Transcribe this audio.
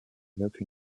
évoque